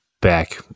back